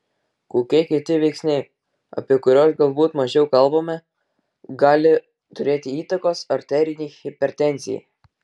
kokie kiti veiksniai apie kurios galbūt mažiau kalbama gali turėti įtakos arterinei hipertenzijai